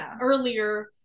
earlier